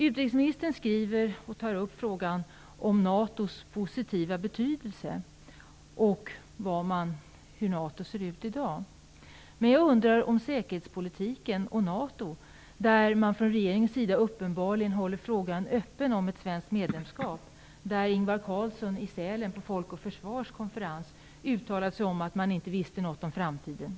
Utrikesministern tar upp frågan om NATO:s positiva betydelse och hur NATO ser ut i dag. När det gäller säkerhetspolitiken och NATO håller regeringen uppenbarligen frågan om ett svenskt medlemskap öppen. Ingvar Carlsson uttalade vid konferensen Folk och Försvar i Sälen att man inte visste något om framtiden.